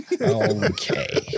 Okay